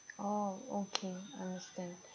oh okay understand